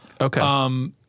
Okay